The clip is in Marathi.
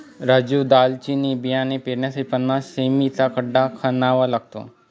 राजू दालचिनीचे बियाणे पेरण्यापूर्वी पन्नास सें.मी चा खड्डा खणावा लागतो